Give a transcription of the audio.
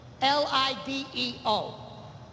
L-I-D-E-O